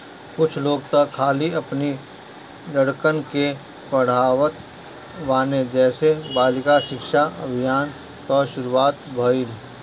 कुछ लोग तअ खाली अपनी लड़कन के पढ़ावत बाने जेसे बालिका शिक्षा अभियान कअ शुरुआत भईल